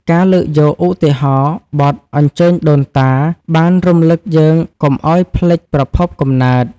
ការលើកយកឧទាហរណ៍បទ អញ្ជើញដូនតា បានរំលឹកយើងកុំឱ្យភ្លេចប្រភពកំណើត។